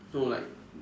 no like